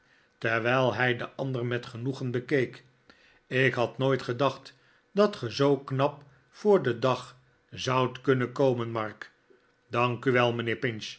pinch terwijlhij den ander met genoegen bekeek ik had nooit gedacht dat ge zoo knap voor den dag zoudt kunnen komen mark dank u wel mijnheer